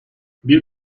bir